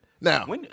Now